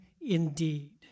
indeed